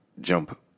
jump